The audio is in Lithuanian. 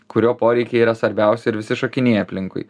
kurio poreikiai yra svarbiausi ir visi šokinėja aplinkui